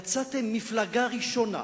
יצאתם מפלגה ראשונה